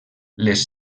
les